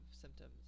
symptoms